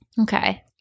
Okay